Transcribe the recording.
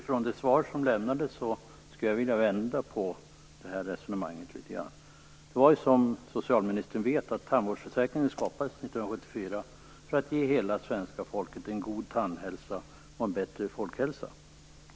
Fru talman! Jag skulle vilja vända på resonemanget litet grand i det svar som lämnades. Som socialministern vet skapades tandvårdsförsäkringen 1974 för att ge hela svenska folket en god tandhälsa och en bättre folkhälsa.